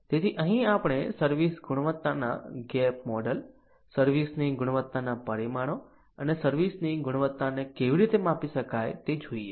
તેથી અહીં આપણે સર્વિસ ગુણવત્તાના ગેપ મોડેલ સર્વિસ ની ગુણવત્તાના પરિમાણો અને સર્વિસ ની ગુણવત્તાને કેવી રીતે માપી શકાય તે જોઈએ